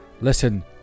Listen